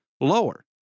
lower